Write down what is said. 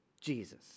Jesus